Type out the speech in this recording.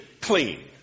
clean